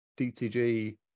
DTG